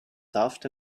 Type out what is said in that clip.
soft